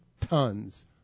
tons